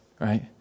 right